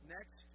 Next